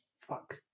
fuck